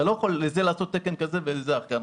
אתה לא יכול לזה לעשות תקן אחד ולזה תקן אחר.